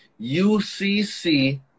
UCC